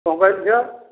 କ'ଣ କହିଲୁ ଝିଅ